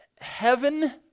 heaven